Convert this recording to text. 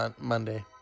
Monday